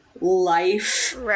life